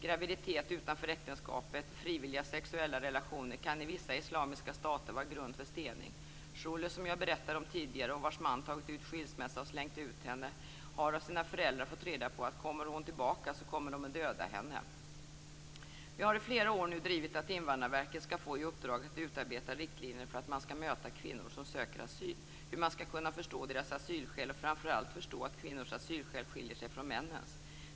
Graviditet utanför äktenskapet och frivilliga sexuella relationer kan i vissa islamiska stater vara grund för stening. Sholeh, som jag tidigare berättade om och vars man tagit ut skilsmässa och slängt ut henne, har av sina föräldrar fått reda på att de kommer att döda henne om hon kommer tillbaka. Vi har i flera år drivit att Invandrarverket skall få i uppdrag att utarbeta riktlinjer för hur man skall möta kvinnor som söker asyl, hur man skall kunna förstå deras asylskäl och framför allt förstå att kvinnors asylskäl skiljer sig från männens.